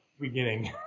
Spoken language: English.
beginning